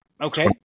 Okay